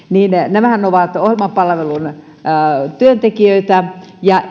nämähän ovat ohjelmapalvelun työntekijöitä ja